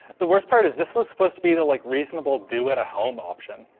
the worst part is this was supposed to be the like reasonable do at a home option.